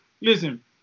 Listen